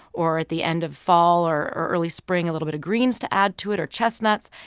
or at the end of fall or or early spring a little bit of greens to add to it, or chestnuts.